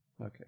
Okay